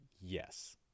yes